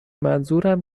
منظورم